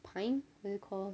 pint what's it called